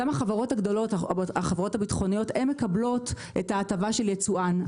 אותן החברות הביטחוניות הגדולות מקבלות את ההטבה של ייצואן,